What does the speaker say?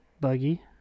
Buggy